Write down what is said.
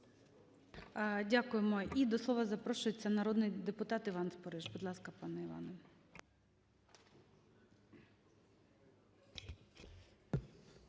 Дякуємо. І до слова запрошується народний депутат Іван Спориш. Будь ласка, пане Іване.